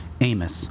Amos